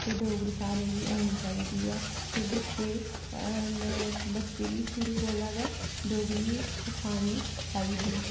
ते डोगरी सारें गी औनी चाहिदी ऐ ते बच्चे बच्चे गी शुरू कोला गै डोगरी सखानी चाहिदी